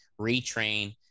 retrain